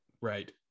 right